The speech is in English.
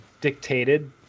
dictated